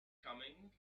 coming